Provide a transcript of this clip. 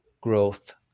growth